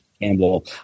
Campbell